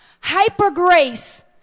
Hyper-grace